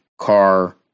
car